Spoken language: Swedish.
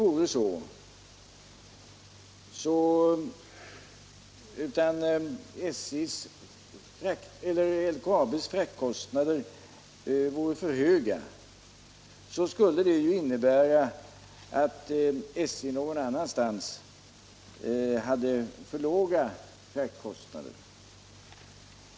Om LKAB:s fraktkostnader vore för höga, skulle det innebära att SJ någon annanstans hade för låga frakttaxor.